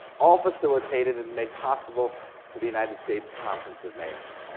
all facilitated and made possible through the united states conference of mayors.